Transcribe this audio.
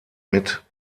mit